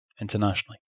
internationally